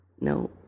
No